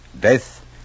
Death